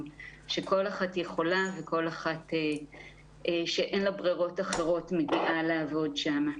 שכל אחת יכולה וכל אחת שאין לה ברירות אחרות מגיעה לעבוד שם.